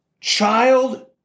child